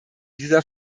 dieser